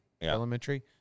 elementary